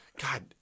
God